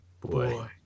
Boy